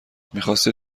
میخاستی